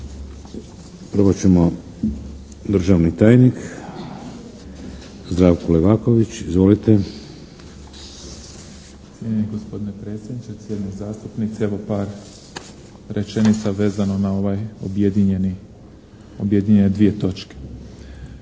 Prvo ćemo državni tajnik, Zdravko Levaković. Izvolite. **Livaković, Zdravko** Cijenjeni gospodine predsjedniče, cijenjeni zastupnici, evo par rečenica vezano na ovaj objedinjeni, objedinjenje dvije točke.